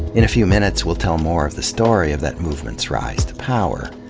in a few minutes, we'll tell more of the story of that movement's rise to power.